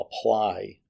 apply